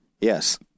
Yes